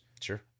Sure